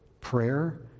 prayer